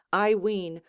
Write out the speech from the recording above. i ween,